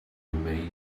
remained